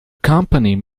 company